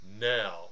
now